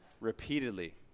repeatedly